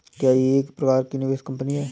क्या यह एक प्रकार की निवेश कंपनी है?